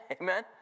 Amen